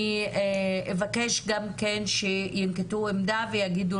אני אבקש גם כן שינקטו עמדה ויגידו